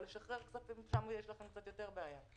אבל לשחרר כספים יש לכם קצת יותר בעיה.